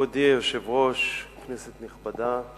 מכובדי היושב-ראש, כנסת נכבדה,